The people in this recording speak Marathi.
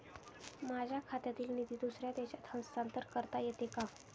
माझ्या खात्यातील निधी दुसऱ्या देशात हस्तांतर करता येते का?